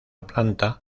planta